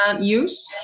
use